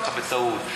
ככה בטעות,